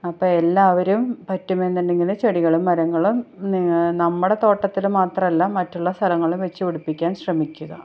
അപ്പോൾ എല്ലാവരും പറ്റുമെന്നുണ്ടെങ്കിൽ ചെടികളും മരങ്ങളും നമ്മുടെ തോട്ടത്തിൽ മാത്രമല്ല മറ്റുള്ള സ്ഥലങ്ങളിലും വെച്ചു പിടിപ്പിക്കാൻ ശ്രമിക്കുക